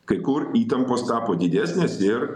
kai kur įtampos tapo didesnės ir